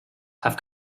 have